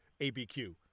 ABQ